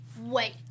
wait